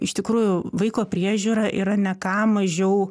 iš tikrųjų vaiko priežiūra yra ne ką mažiau